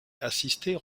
assister